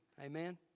Amen